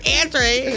answering